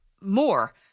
more